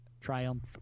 triumph